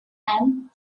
and